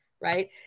Right